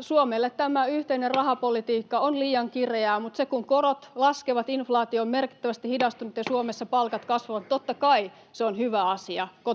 Suomelle tämä yhteinen rahapolitiikka on liian kireää, mutta se, kun korot laskevat, inflaatio on merkittävästi hidastunut ja Suomessa palkat kasvavat, totta kai on hyvä asia kotitalouksille